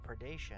predation